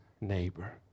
neighbor